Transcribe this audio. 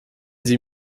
sie